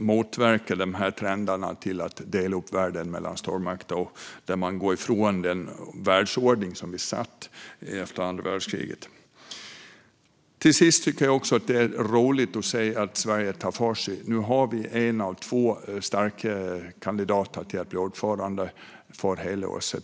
motverka trenden att dela upp världen mellan stormakter och för att vi ska gå ifrån den världsordning som sattes efter andra världskriget. Till sist tycker jag att det är roligt att se att Sverige tar för sig. Nu har vi en av två starka kandidater till att bli ordförande för hela OSSE.